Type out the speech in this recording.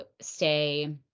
stay